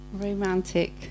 romantic